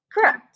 Correct